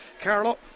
Carlo